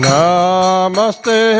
Namaste